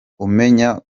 umenya